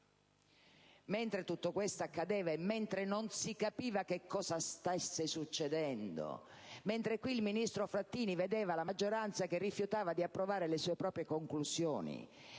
mentre tutto questo accadeva e non si capiva che cosa stesse succedendo; mentre qui il ministro Frattini vedeva che la maggioranza rifiutava di approvare le sue conclusioni